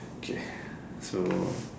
okay so